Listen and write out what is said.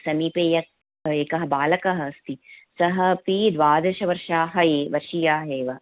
समीपे य एकः बालकः अस्ति सः अपि द्वादशवर्षाः ए वर्षीयाः एव